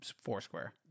foursquare